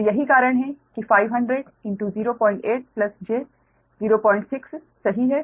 तो यही कारण है कि 500 08 j 06 सही है